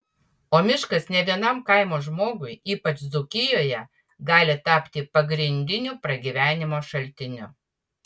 o miškas ne vienam kaimo žmogui ypač dzūkijoje gali tapti pagrindiniu pragyvenimo šaltiniu